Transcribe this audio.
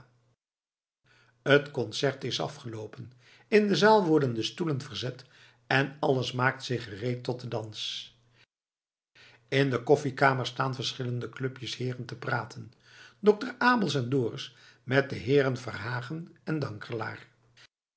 t concert is afgeloopen in de zaal worden de stoelen verzet en alles maakt zich gereed tot den dans in de koffiekamer staan verschillende clubjes heeren te praten dokter abels en dorus met de heeren verhagen en